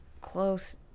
close